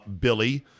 Billy